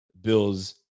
Bills